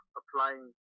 applying